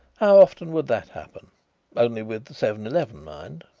how often would that happen only with the seven-eleven, mind.